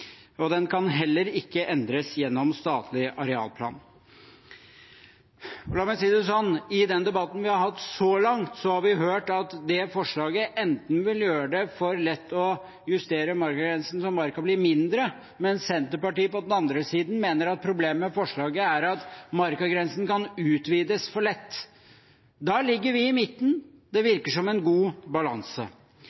kan heller ikke endres gjennom statlig arealplan. La meg si det slik: I den debatten vi har hatt så langt, har vi hørt at det forslaget vil gjøre det for lett å justere markagrensen så marka blir mindre, mens Senterpartiet på den andre siden mener at problemet med forslaget er at markagrensen kan utvides for lett. Der ligger vi i midten. Det